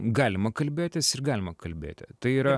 galima kalbėtis ir galima kalbėti tai yra